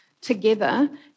Together